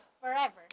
forever